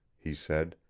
he said.